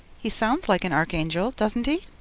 he sounds like an archangel, doesn't he?